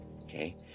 Okay